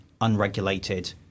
unregulated